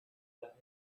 that